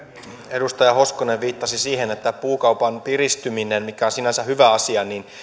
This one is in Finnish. edustaja hoskonen viittasi siihen että puukaupan piristyminen mikä on sinänsä hyvä asia